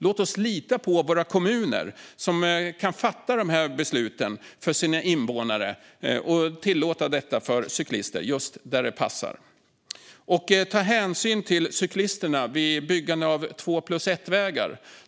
Låt oss lita på att våra kommuner kan fatta besluten för sina invånare och tillåta detta för cyklister just där det passar. Ta hänsyn till cyklisterna vid byggande av två-plus-ett-vägar.